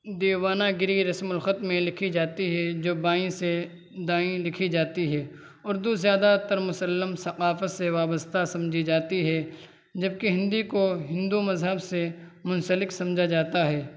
دیوناگری رسم الخط میں لکھی جاتی ہے جو بائیں سے دائیں لکھی جاتی ہے اردو زیادہ تر مسلم ثقافت سے وابستہ سمجھی جاتی ہے جبکہ ہندی کو ہندو مذہب سے منسلک سمجھا جاتا ہے